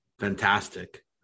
fantastic